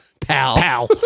Pal